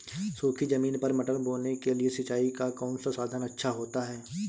सूखी ज़मीन पर मटर बोने के लिए सिंचाई का कौन सा साधन अच्छा होता है?